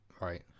Right